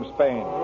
Spain